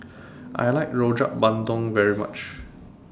I like Rojak Bandung very much